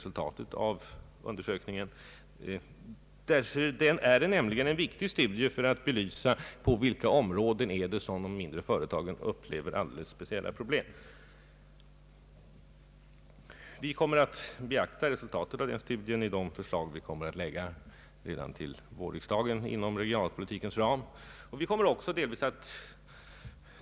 Studien är nämligen viktig för att belysa på vilka områden de mindre företagen upplever alldeles speciella problem, Vi kommer att beakta resultatet av den studien i de förslag i fråga om regionalpolitiken som vi skall framlägga för vårriksdagen.